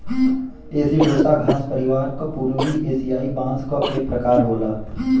एसिडोसा घास परिवार क पूर्वी एसियाई बांस क एक प्रकार होला